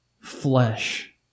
flesh